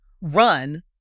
run